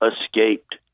escaped